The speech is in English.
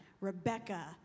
Rebecca